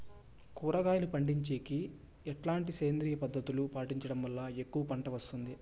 కూరగాయలు పండించేకి ఎట్లాంటి సేంద్రియ పద్ధతులు పాటించడం వల్ల ఎక్కువగా పంట వస్తుంది?